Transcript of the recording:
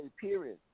period